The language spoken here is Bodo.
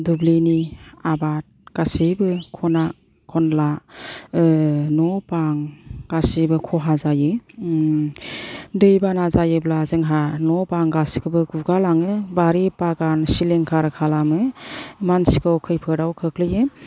दुब्लिनि आबाद गासैबो खना खनला न बां गासैबो खहा जायो दै बाना जायोब्ला जोंहा न बां गासिखौबो गुगा लाङो बारि बागान सिलिंखार खालामो मानसिखौ खैफोदाव खोख्लैयो